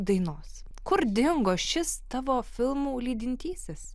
dainos kur dingo šis tavo filmų lydintysis